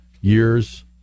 years